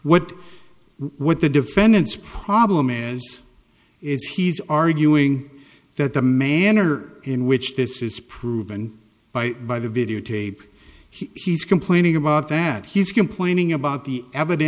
what what the defendant's problem is is he's arguing that the manner in which this is proven by by the videotape he's complaining about that he's complaining about the eviden